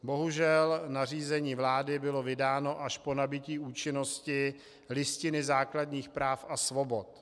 Bohužel, nařízení vlády bylo vydáno až po nabytí účinnosti Listiny základních práv a svobod.